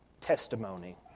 testimony